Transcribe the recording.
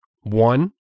one